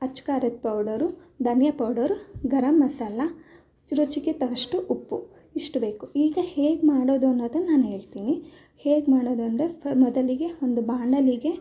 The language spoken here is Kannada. ಅಚ್ಚ ಖಾರದ ಪೌಡರು ಧನಿಯಾ ಪೌಡರು ಗರಂ ಮಸಾಲ ರುಚಿಗೆ ತಕಷ್ಟು ಉಪ್ಪು ಇಷ್ಟು ಬೇಕು ಈಗ ಹೇಗ್ಮಾಡೋದು ಅನ್ನೋದನ್ನು ನಾನು ಹೇಳ್ತೀನಿ ಹೇಗೆ ಮಾಡೋದು ಅಂದರೆ ಫ ಮೊದಲಿಗೆ ಒಂದು ಬಾಣಲಿಗೆ